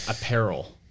apparel